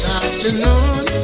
afternoon